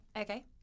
Okay